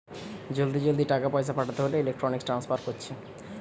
জলদি জলদি টাকা পয়সা পাঠাতে হোলে ইলেক্ট্রনিক ট্রান্সফার কোরছে